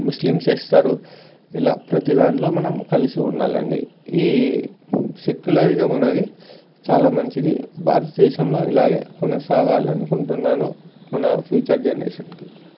Muslims ఇస్తారు ఇలా ప్రతి దాంట్లో మనం కలిసి ఉండాలండి ఈ సెక్యులరిజం అనేది చాలా మంచిది భారతదేశంలో ఇలాగే కొనసాగాాలనుకుంటున్నాను మన ఫ్యూచర్ జనరేషన్కి